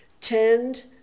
tend